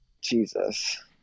Jesus